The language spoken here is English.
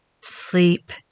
Sleep